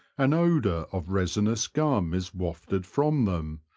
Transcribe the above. an odour of resinous gum is wafted from them,